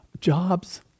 jobs